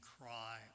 cry